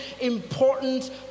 important